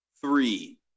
Three